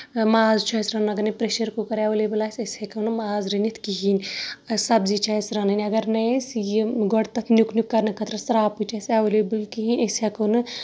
ماز چھُ اَسہِ رَنُن اَگر نے پریشر کُکر ایٚولیبٕل آسہِ أسۍ ہٮ۪کو نہٕ ماز رٔنِتھ کِہینۍ سَبزی چھےٚ اَسہِ رَنٕنۍ اَگر نے أسۍ یہِ گۄڈٕ تَتھ نیُک نیُک کرنہٕ خٲطرٕ شراکپٕچ اَسہِ ایٚولیبٕل کِہینۍ أسۍ ہٮ۪کو نہٕ